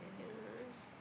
yeah